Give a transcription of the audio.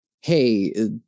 hey